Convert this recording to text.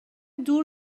دور